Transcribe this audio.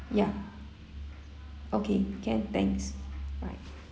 ya okay can thanks bye